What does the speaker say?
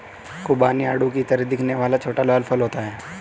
खुबानी आड़ू की तरह दिखने वाला छोटा लाल फल होता है